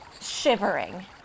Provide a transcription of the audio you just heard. shivering